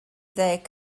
ddeg